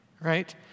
right